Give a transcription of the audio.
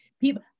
People